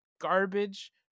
garbage